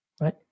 right